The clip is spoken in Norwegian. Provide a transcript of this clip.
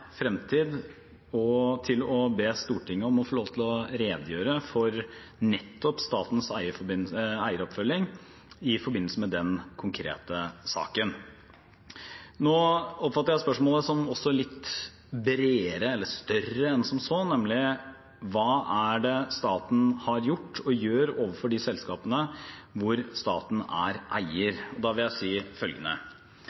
til å be Stortinget om å få lov til å redegjøre for nettopp statens eieroppfølging i forbindelse med den konkrete saken. Nå oppfatter jeg spørsmålet som også litt bredere eller større enn som så, nemlig: Hva er det staten har gjort og gjør overfor de selskapene hvor staten er eier?